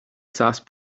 sauce